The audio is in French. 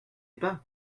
pas